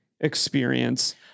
experience